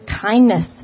kindness